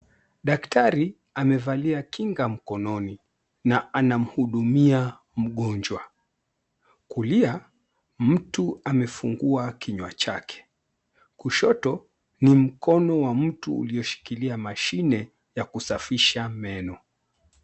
Daktari amevalia kinga mkononi na ana mhudumia mgonjwa. Kulia, mtu amefungua kinywa chake. Kushoto ni mkona wa mtu ulioshikilia mashine ya kusafisha meno.